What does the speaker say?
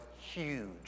huge